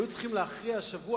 שהיו צריכים להכריע השבוע,